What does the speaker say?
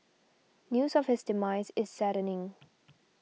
news of his demise is saddening